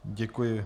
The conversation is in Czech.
Děkuji.